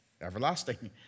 everlasting